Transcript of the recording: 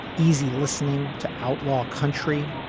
easy listening to outlaw country,